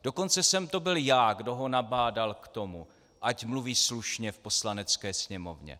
Dokonce jsem to byl já, kdo ho nabádal k tomu, ať mluví slušně v Poslanecké sněmovně.